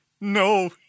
No